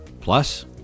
Plus